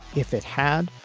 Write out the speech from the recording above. if it had,